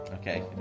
Okay